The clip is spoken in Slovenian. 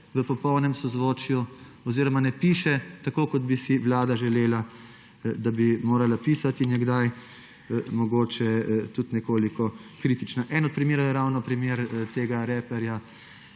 v popolnem sozvočju oziroma ne piše tako, kot bi si vlada želela, da bi morala pisati, in je kdaj mogoče tudi nekoliko kritična. Eden od primerov je ravno primer tega reperja